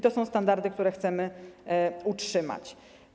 To są standardy, które chcemy utrzymać.